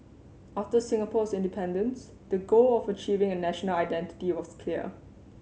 after Singapore's independence the goal of achieving a national identity was clear